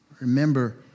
Remember